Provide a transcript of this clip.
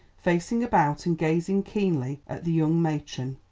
facing about and gazing keenly at the young matron,